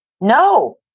No